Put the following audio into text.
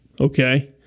okay